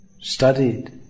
studied